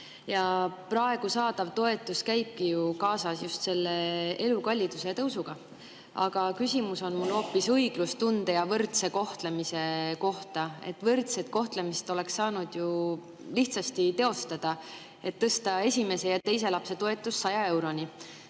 Praegu saadav toetus käibki ju kaasas just selle elukalliduse tõusuga. Aga küsimus on mul hoopis õiglustunde ja võrdse kohtlemise kohta. Võrdset kohtlemist oleks saanud ju lihtsasti teostada, kui tõsta esimese ja teise lapse toetus 100 euroni.